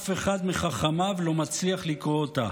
אף אחד מחכמיו לא מצליח לקרוא אותה.